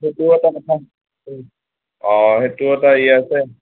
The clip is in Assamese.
সেইটো এটা প্ৰথম অ সেইটো এটা হেৰি আছে